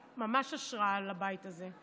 את ממש השראה לבית הזה.